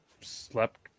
slept